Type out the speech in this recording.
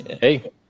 Hey